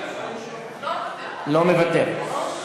לא מוותרת.